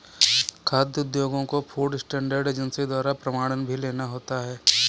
खाद्य उद्योगों को फूड स्टैंडर्ड एजेंसी द्वारा प्रमाणन भी लेना होता है